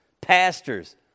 pastors